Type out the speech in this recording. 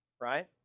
right